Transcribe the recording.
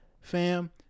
fam